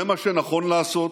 זה מה שנכון לעשות,